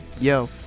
yo